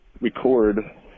record